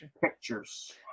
Pictures